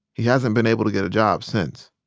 he hasn't been able to get a job since